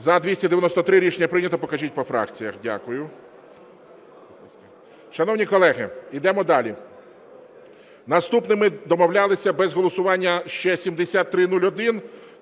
За-293 Рішення прийнято. Покажіть по фракціях. Дякую. Шановні колеги, йдемо далі. Наступний ми домовлялися без голосування ще 7301,